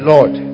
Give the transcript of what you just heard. Lord